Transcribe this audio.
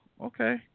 Okay